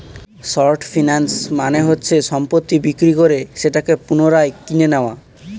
short finance মানে হচ্ছে সম্পত্তি বিক্রি করে সেটাকে পুনরায় কিনে নেয়া